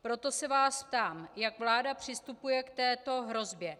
Proto se vás ptám, jak vláda přistupuje k této hrozbě.